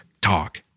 talk